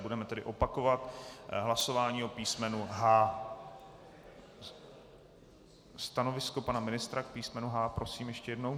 Budeme tedy opakovat hlasování o písmenu H. Stanovisko pana ministra k písmenu H prosím ještě jednou?